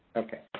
okay,